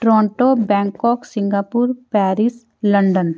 Toronto Bangkok Singapore Paris London